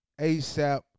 ASAP